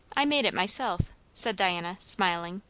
i made it myself, said diana, smiling.